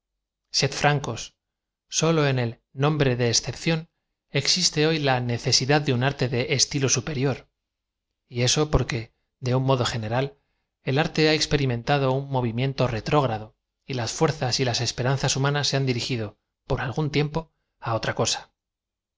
fran cosí solo en el nombre de excepción existe h oy la necesi dad de ud arte de t t iilo superior y eao porque de uq modo generai el arte ha experimentado un mo vimiento retrgrado y laa fuerzas y las peranzaa humanas ae han dirigido por algo tiempo ó otra cosa